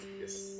yes